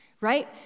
right